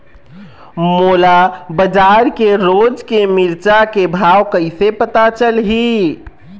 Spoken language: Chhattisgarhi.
मोला बजार के रोज के मिरचा के भाव कइसे पता चलही?